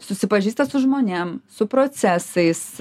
susipažįsta su žmonėm su procesais